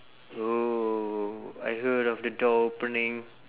oh I heard of the door opening